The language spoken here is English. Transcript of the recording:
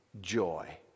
joy